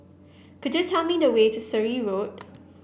could you tell me the way to Surrey Road